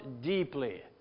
deeply